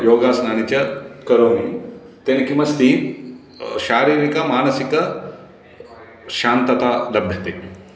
योगासनानि च करोमि तेन किम् अस्ति शारीरिकमानसिक शान्तता लभ्यते